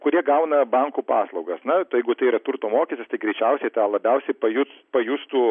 kurie gauna bankų paslaugas na tai jeigu tai yra turto mokestis tai tikriausiai tą labiausiai pajus pajustų